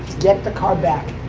get the car back.